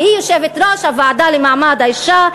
והיא יושבת-ראש הוועדה למעמד האישה,